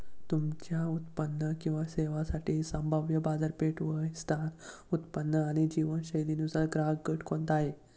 तुमच्या उत्पादन किंवा सेवांसाठी संभाव्य बाजारपेठ, वय, स्थान, उत्पन्न आणि जीवनशैलीनुसार ग्राहकगट कोणता आहे?